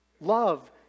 love